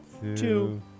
two